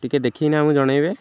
ଟିକେ ଦେଖିକିନା ଆମକୁ ଜଣେଇବେ